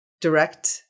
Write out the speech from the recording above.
direct